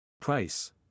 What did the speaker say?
Price